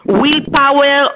willpower